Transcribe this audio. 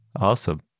Awesome